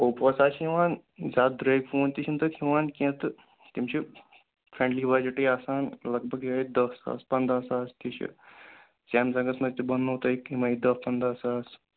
اوپوس حظ چھِ یِوان زیادٕ درٛگۍ فون تہِ چھِنہٕ تتھ یِوان کینٛہہ تہٕ تِم چھِ فرٛینٛڈلی بجٹٕے آسان لگ بگ یِہوٚے دَہ ساس پنٛداہ ساس تہِ چھُ سیمسنٛگس منٛز تہِ بنٛنو تۄہہِ یِمَے دَہ پنداہ ساس